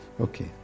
Okay